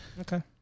Okay